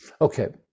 Okay